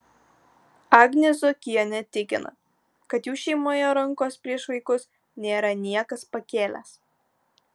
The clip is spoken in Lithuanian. agnė zuokienė tikina kad jų šeimoje rankos prieš vaikus nėra niekas pakėlęs